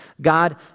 God